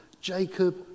Jacob